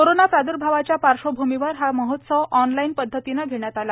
corona प्रादुर्भावाच्या पार्श्वभूमीवर हा महोत्सव ऑनलाइन पद्धतीने घेण्यात आला